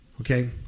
Okay